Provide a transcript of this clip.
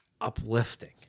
uplifting